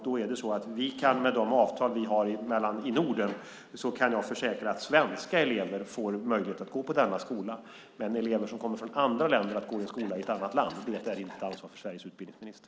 Jag kan, med de avtal vi har i Norden, försäkra att svenska elever får möjlighet att gå på denna skola, men att ge elever som kommer från andra länder möjlighet att gå i skola i ett annat land, det är inte ett ansvar för Sveriges utbildningsminister.